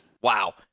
Wow